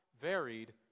varied